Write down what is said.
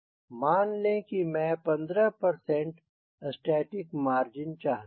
मान लें की मैं 15 स्टैटिक मार्जिन चाहता हूँ